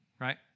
Right